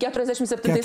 keturiasdešim septintais